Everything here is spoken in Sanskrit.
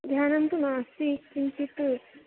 ध्यानन्तु नास्ति किञ्चित्